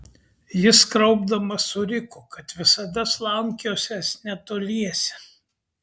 jis kraupdamas suriko kad visada slankiosiąs netoliese